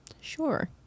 sure